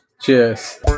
Cheers